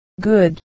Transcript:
good